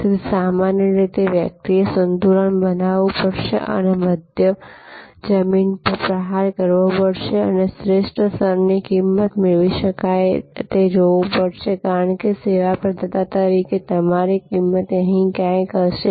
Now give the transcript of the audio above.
તેથી સામાન્ય રીતે વ્યક્તિએ સંતુલન બનાવવું પડશે અને મધ્યમ જમીન પર પ્રહાર કરવો પડશે અને શ્રેષ્ઠ સ્તરની કિંમત મેળવી શકાય તે જોવું પડશે કારણ કે સેવા પ્રદાતા તરીકે તમારી કિંમત અહીં ક્યાંક હશે